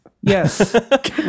Yes